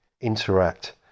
interact